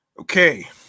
Okay